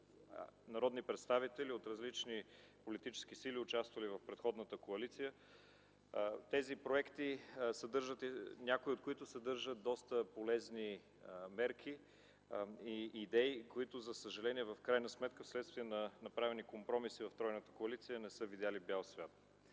народни представители от различни политически сили, участвали в предходната коалиция. Някои от тези проекти съдържат доста полезни мерки и идеи, които за съжаление и в крайна сметка, вследствие на направени компромиси от тройната коалиция, не са видели бял свят.